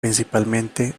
principalmente